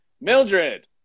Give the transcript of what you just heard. Mildred